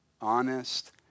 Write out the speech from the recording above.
honest